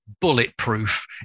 bulletproof